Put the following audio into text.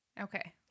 Okay